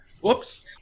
Whoops